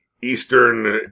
eastern